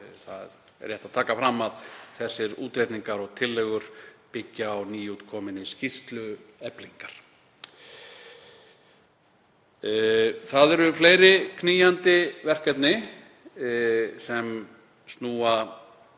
Rétt er að taka fram að þessir útreikningar og tillögur byggjast á nýútkominni skýrslu Eflingar. Það eru fleiri knýjandi verkefni sem snúa